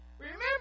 remember